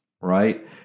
right